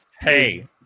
Hey